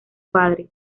padre